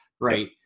Right